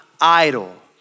idle